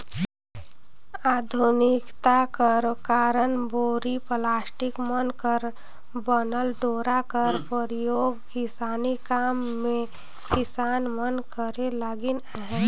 आधुनिकता कर कारन बोरी, पलास्टिक मन कर बनल डोरा कर परियोग किसानी काम मे किसान मन करे लगिन अहे